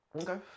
Okay